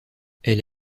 elle